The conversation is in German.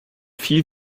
viel